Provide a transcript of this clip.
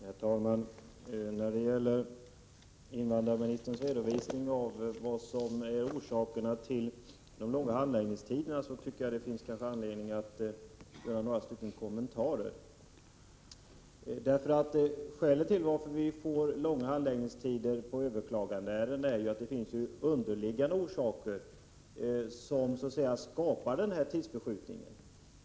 Herr talman! När det gäller invandrarministerns redovisning av orsakerna till de långa handläggningstiderna, så tycker jag att det kan finnas anledning att göra några kommentarer. Att det blir långa handläggningstider i fråga om överklagandeärenden har underliggande orsaker, som skapar tidsförskjutningen.